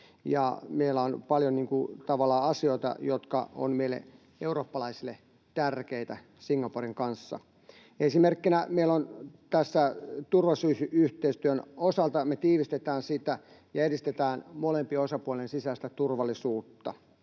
kanssa paljon asioita, jotka ovat meille eurooppalaisille tärkeitä. Esimerkkinä tässä turvallisuusyhteistyön osalta: me tiivistetään sitä ja edistetään molempien osapuolien sisäistä turvallisuutta.